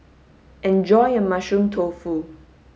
enjoy your mushroom tofu